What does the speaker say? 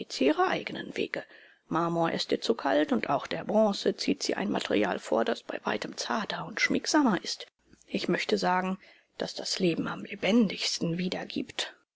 ihre eigenen wege marmor ist ihr zu kalt und auch der bronze zieht sie ein material vor das bei weitem zarter und schmiegsamer ist ich möchte sagen das das leben am lebendigsten wiedergibt